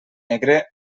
negre